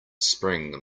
spring